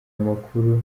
amakuru